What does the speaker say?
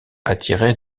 attirer